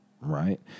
right